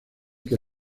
que